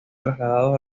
trasladados